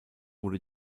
wurde